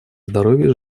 здоровья